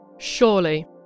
surely